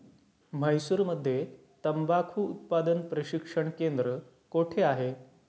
म्हैसूरमध्ये तंबाखू उत्पादन प्रशिक्षण केंद्र कोठे आहे?